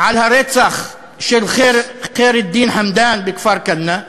על הרצח של חיר א-דין חמדאן בכפר-כנא,